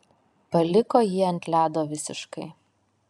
paliko jį ant ledo visiškai